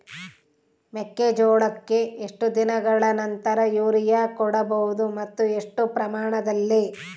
ಮೆಕ್ಕೆಜೋಳಕ್ಕೆ ಎಷ್ಟು ದಿನಗಳ ನಂತರ ಯೂರಿಯಾ ಕೊಡಬಹುದು ಮತ್ತು ಎಷ್ಟು ಪ್ರಮಾಣದಲ್ಲಿ?